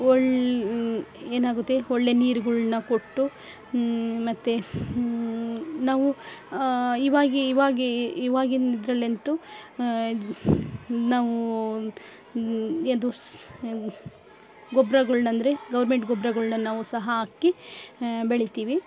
ಒಳ್ಳೆ ಏನಾಗುತ್ತೆ ಒಳ್ಳೇ ನೀರುಗಳ್ನ ಕೊಟ್ಟು ಮತ್ತು ನಾವು ಇವಾಗ ಇವಾಗ ಇವಾಗಿನ ಇದ್ರಲಂತು ನಾವೂ ಗೊಬ್ರಗಳ್ನ ಅಂದರೆ ಗೌರ್ಮೆಂಟ್ ಗೊಬ್ರಗಳ್ನ ನಾವು ಸಹ ಹಾಕಿ ಬೆಳಿತೀವಿ